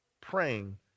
praying